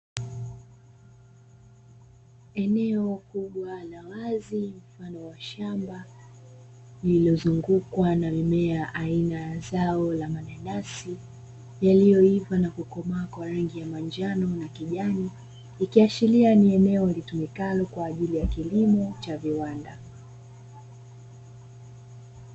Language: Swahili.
Eneo kubwa la wazi mfano wa shamba, lililozungukwa na mimea aina ya zao la mananasi, yaliyoiva na kukomaa kwa rangi ya manjano na kijani, ikiashiria ni eneo litumikalo kwaajili ya kilimo cha viwanda.